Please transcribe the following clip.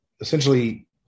essentially